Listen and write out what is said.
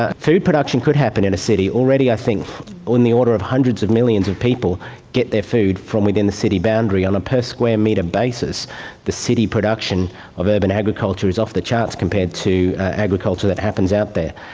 ah food production could happen in a city. already i think in the order of hundreds of millions of people get their food from within a city boundary. on a per square metre basis the city production of urban agriculture is off the charts compared to agriculture that happens out there.